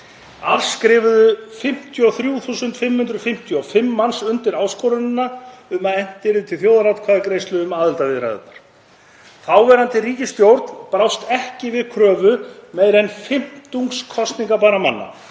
skrifuðu 53.555 manns undir áskorun um að efnt yrði til þjóðaratkvæðagreiðslu um aðildarviðræðurnar. Þáverandi ríkisstjórn brást ekki við kröfu meira en fimmtungs kosningarbærra manna,